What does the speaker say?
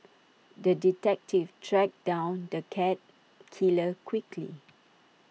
the detective tracked down the cat killer quickly